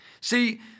See